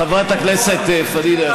חברת הכנסת פדידה,